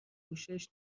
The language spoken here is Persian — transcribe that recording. پوشش